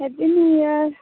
happy new year